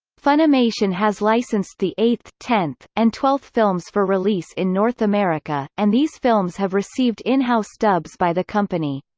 funimation has licensed the eighth, tenth, and twelfth films for release in north america, and these films have received in-house dubs by the company.